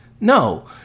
No